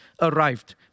arrived